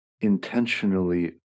intentionally